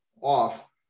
off